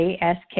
ask